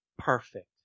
perfect